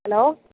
hello